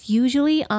usually